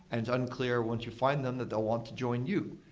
and it's unclear once you find them that they'll want to join you.